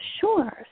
Sure